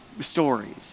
stories